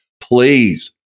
Please